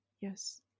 Yes